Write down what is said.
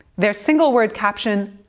their single-word caption,